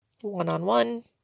one-on-one